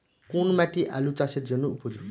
কোন মাটি আলু চাষের জন্যে উপযোগী?